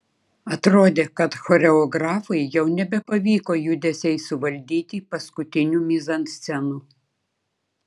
atrodė kad choreografui jau nebepavyko judesiais suvaldyti paskutinių mizanscenų